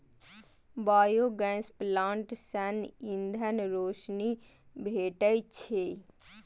biogas plant सं ईंधन, रोशनी भेटै छै